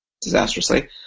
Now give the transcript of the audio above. disastrously